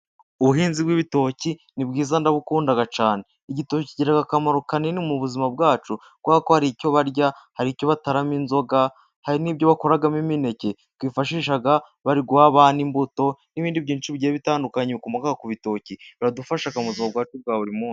Ubuhinzi bw'ibitoki ni bwiza ndabukunda cyane. Igitoki kigira akamaro kanini mu buzima bwacu, kuko hari icyo barya, hari icyo bataramo inzoga, hari n'ibyo bakuramo imineke, twifashisha bari guha abana imbuto n'ibindi byinshi bigiye bitandukanye, bikomoka ku bitoki biradufasha mu buzima bwacu bwa buri munsi